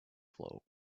float